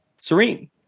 serene